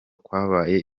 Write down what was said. kwabaye